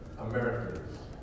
Americans